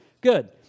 good